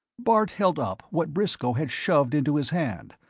bart held up what briscoe had shoved into his hand,